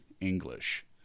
English